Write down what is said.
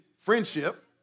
friendship